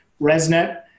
ResNet